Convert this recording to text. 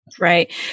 right